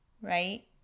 right